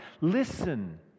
Listen